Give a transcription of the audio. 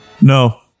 No